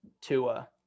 Tua